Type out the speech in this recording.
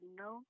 no